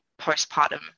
postpartum